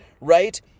right